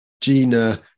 gina